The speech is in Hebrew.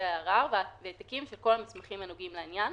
הערר והעתקים של כל המסמכים הנוגעים לעניין,